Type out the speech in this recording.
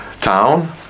town